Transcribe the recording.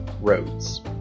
roads